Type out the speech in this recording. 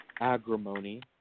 agrimony